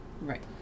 Right